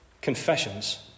Confessions